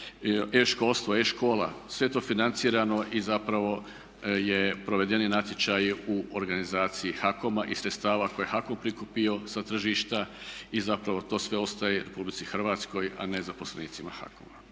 e-školstvo, e-škola, sve to financirano i zapravo su provedeni natječaji u organizaciji HAKOM-a iz sredstava koje je HAKOM prikupio sa tržišta i zapravo to sve ostaje Republici Hrvatskoj a ne zaposlenicima HAKOM-a.